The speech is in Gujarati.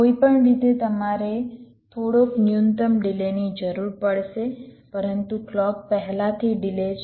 કોઈપણ રીતે તમારે થોડોક ન્યુનત્તમ ડિલેની જરુર પડશે પરંતુ ક્લૉક પહેલાથી ડિલે છે